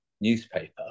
newspaper